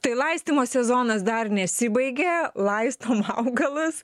tai laistymo sezonas dar nesibaigė laistom augalus